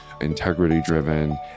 integrity-driven